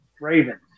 Ravens